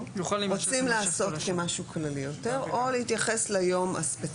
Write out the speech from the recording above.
רוצים לעשות כמשהו כללי יותר או להתייחס ליום הספציפי.